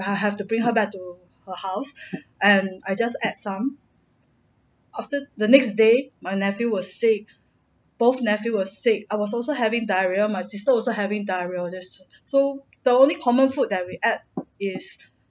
I have to bring her back to her house and I just ate some after the next day my nephew was sick both nephew was sick I was also having diarrhoea my sister also having diarrhoea all this so the only common food that we ate is